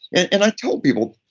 and i tell people,